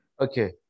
Okay